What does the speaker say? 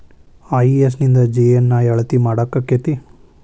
IES ನಿಂದ GNI ಅಳತಿ ಮಾಡಾಕಕ್ಕೆತಿ?